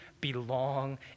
belong